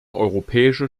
europäische